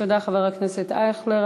תודה, חבר הכנסת אייכלר.